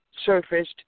surfaced